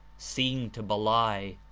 seemed to belie.